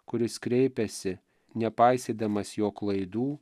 kuris kreipiasi nepaisydamas jo klaidų